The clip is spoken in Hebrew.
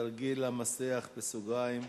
התרגיל המסריח, בסוגריים,